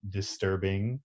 disturbing